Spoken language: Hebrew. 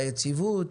על היציבות